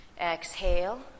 exhale